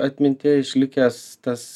atmintyje išlikęs tas